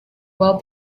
well